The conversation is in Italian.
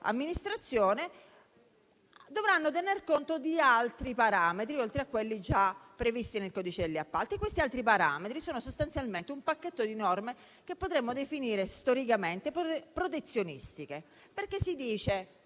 amministrazione, dovranno tener conto di altri parametri, oltre a quelli già previsti nel codice degli appalti. Questi altri parametri constano sostanzialmente di un pacchetto di norme che storicamente potremmo definire protezionistiche. Infatti, si dice